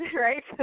right